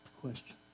question